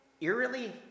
eerily